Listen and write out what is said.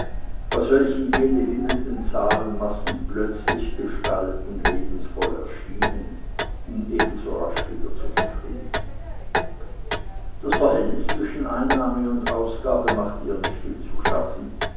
aus welchem jene wimmelnden zahlenmassen plötzlich gestalt und lebenvoll erschienen um ebenso rasch wieder zu verschwinden das verhältnis zwischen einnahme und ausgabe machte ihr nicht viel zu schaffen